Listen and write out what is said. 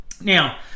Now